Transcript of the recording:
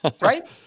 Right